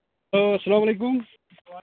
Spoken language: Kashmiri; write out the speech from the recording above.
آ سَلام علیکُم